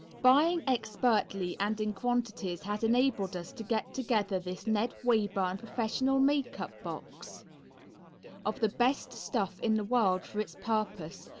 buying expertly and in quantities has enabled us to get together this ned wayburn professional makeup box of the best stuff in the world for its purpose,